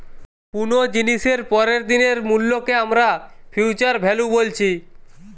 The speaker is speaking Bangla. কুনো জিনিসের পরের দিনের মূল্যকে আমরা ফিউচার ভ্যালু বলছি